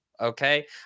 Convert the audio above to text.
okay